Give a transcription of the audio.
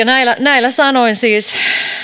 näillä näillä sanoin siis